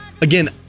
Again